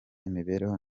imibereho